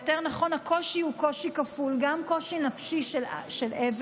והקושי הוא קושי כפול: גם קושי נפשי של אבל